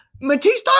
Matisse